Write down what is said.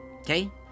Okay